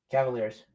Cavaliers